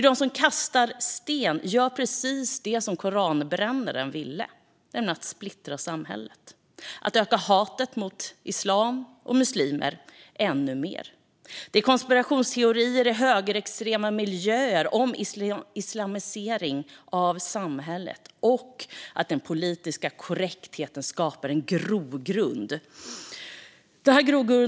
De som kastar stenar gör precis det som koranbrännaren ville, nämligen att splittra samhället och öka hatet mot islam och muslimer ännu mer. Det finns konspirationsteorier i högerextrema miljöer om islamisering av samhället och att den politiska korrektheten skapar en grogrund.